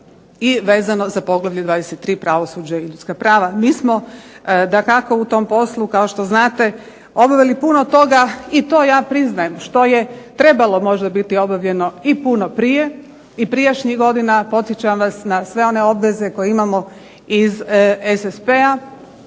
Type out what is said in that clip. i vezano za poglavlje 23. –Pravosuđe i ljudska prava. Mi smo u tom poslu kao što znate obavili puno toga i to ja priznajem što je trebalo možda biti obavljeno i puno prije i prijašnjih godina. Podsjećam vas na sve one obveze koje imamo iz SSP-a